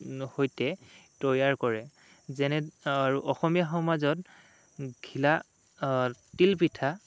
সৈতে তৈয়াৰ কৰে যেনে আৰু অসমীয়া সমাজত ঘিলা তিলপিঠা